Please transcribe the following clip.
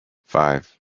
five